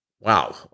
wow